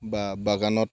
বা বাগানত